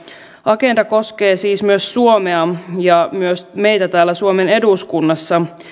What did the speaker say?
agenda koskee siis myös suomea ja myös meitä täällä suomen eduskunnassa